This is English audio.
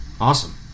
Awesome